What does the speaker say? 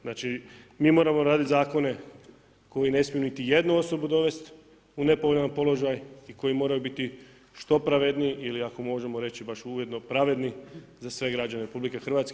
Znači mi moramo raditi zakone koji ne smiju niti jednu osobu dovesti u nepovoljni položaj i koji moraju biti što pravedniji ili ako možemo reći baš uvjetno pravedni za sve građane RH.